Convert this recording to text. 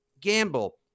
gamble